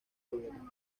gobierno